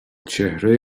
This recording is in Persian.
چهره